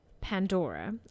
Pandora